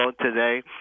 today